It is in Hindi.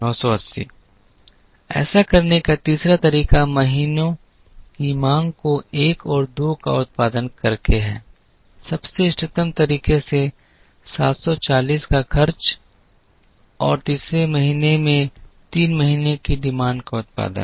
980 ऐसा करने का तीसरा तरीका महीनों की मांग को एक और दो का उत्पादन करके है सबसे इष्टतम तरीके से 740 का खर्च और तीसरे महीने में तीन महीने की मांग का उत्पादन